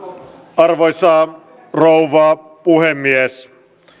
arvoisa rouva puhemies